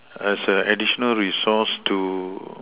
as a additional resource to